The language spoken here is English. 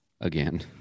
again